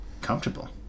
comfortable